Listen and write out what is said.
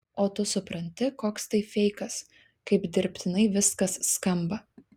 o tu supranti koks tai feikas kaip dirbtinai viskas skamba